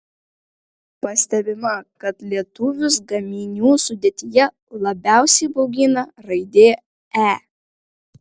pastebima kad lietuvius gaminių sudėtyje labiausiai baugina raidė e